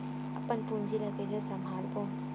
अपन पूंजी ला कइसे संभालबोन?